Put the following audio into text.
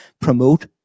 promote